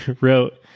wrote